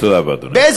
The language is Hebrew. תודה רבה, אדוני.